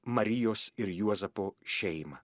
marijos ir juozapo šeimą